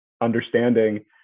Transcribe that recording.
understanding